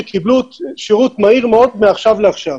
שקיבלו שירות מהיר מאוד מעכשיו לעכשיו.